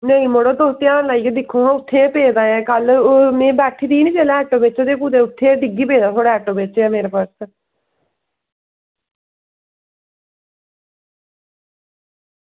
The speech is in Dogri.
नेईं मड़ो तुस ध्यान लाइयै दिक्खो हां उत्थें पेदा ऐ कल ओह् में बैठी दी ना जेल्लै आटो बिच ते कुदै उत्थै गै डिग्गी पेदा थुआढ़े आटो बिच गै मेरा पर्स